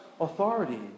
authority